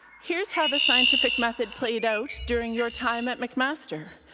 here's how the scientific method played out during your time at mcmaster.